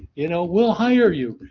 you know we'll hire you.